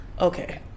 okay